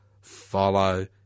follow